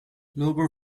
lower